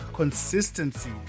consistency